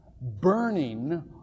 burning